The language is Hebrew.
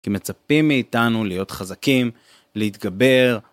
כי מצפים מאיתנו להיות חזקים, להתגבר.